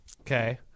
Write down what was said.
okay